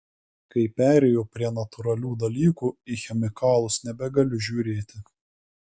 kai perėjau prie natūralių dalykų į chemikalus nebegaliu žiūrėti